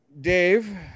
Dave